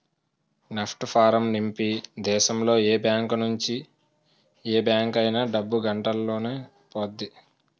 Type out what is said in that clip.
NEFT form నింపి దేశంలో ఏ బ్యాంకు నుంచి ఏ బ్యాంక్ అయినా డబ్బు గంటలోనెల్లిపొద్ది